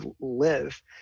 live